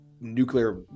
nuclear